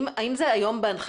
איפה אתם עומדים עם זה היום,